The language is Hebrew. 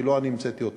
כי לא אני המצאתי אותה.